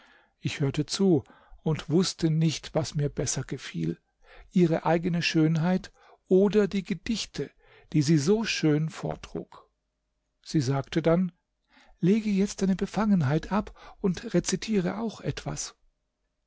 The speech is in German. ich hörte zu und wußte nicht was mir besser gefiel ihre eigene schönheit oder die gedichte die sie so schön vortrug sie sagte dann lege jetzt deine befangenheit ab und rezitiere auch etwas